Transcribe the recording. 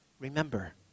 Remember